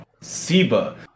Siba